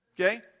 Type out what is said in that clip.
okay